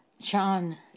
John